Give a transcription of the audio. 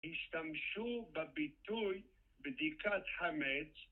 השתמשו בביטוי בדיקת חמץ